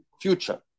future